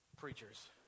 preachers